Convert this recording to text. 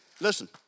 Listen